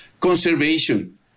conservation